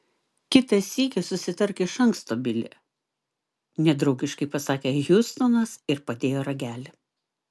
kitą sykį susitark iš anksto bili nedraugiškai pasakė hjustonas ir padėjo ragelį